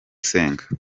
usenga